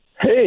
Hey